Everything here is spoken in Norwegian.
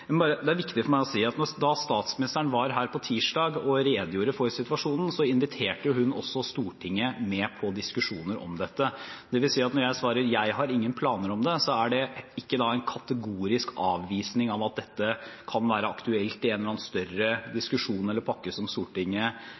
Det er viktig for meg å si at da statsministeren var her på tirsdag og redegjorde for situasjonen, inviterte hun også Stortinget med på diskusjoner om dette. Det vil si at når jeg svarer at jeg ikke har noen planer om det, så er ikke det en kategorisk avvisning av at dette kan være aktuelt i en eller annen større diskusjon eller pakke, som Stortinget,